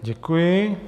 Děkuji.